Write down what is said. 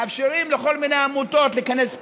מאפשרים לכל מיני עמותות להיכנס פנימה.